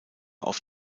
auf